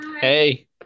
Hey